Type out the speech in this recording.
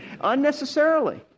unnecessarily